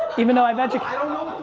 even though i've i don't